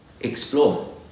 explore